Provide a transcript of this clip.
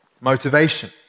motivation